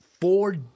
four